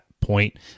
point